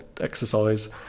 exercise